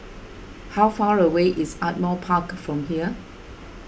how far away is Ardmore Park from here